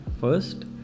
first